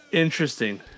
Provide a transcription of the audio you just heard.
Interesting